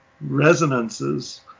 resonances